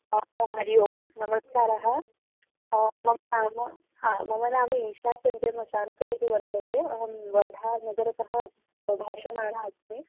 आ हरिः ओं नमस्कारः मम नाम हा मम नाम ईशा चन्दमशान्ते इति वर्तते अहं वर्धा नगरतः भाषमाणा अस्मि